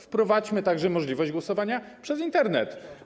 Wprowadźmy także możliwość głosowania przez Internet.